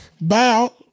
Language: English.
Bow